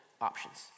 options